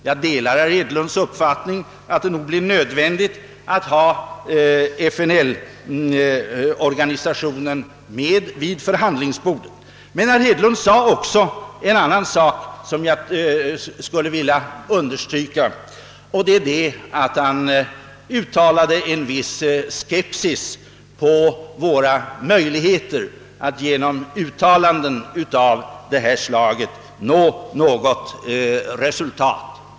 Jag delar herr Hedlunds uppfattning, att det nog blir nödvändigt att ha FNL-organisationen med vid förhandlingsbordet. Herr Hedlund sade även en annan sak som jag skulle vilja understryka. Han uttalade en viss skepsis beträffande våra möjligheter att genom uttalanden av det här slaget nå något resultat.